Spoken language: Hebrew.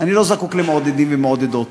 אני לא זקוק למעודדים ומעודדות.